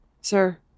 sir